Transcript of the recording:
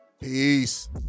Peace